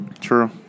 True